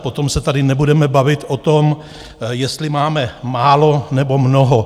Potom se tady nebudeme bavit o tom, jestli máme málo nebo mnoho.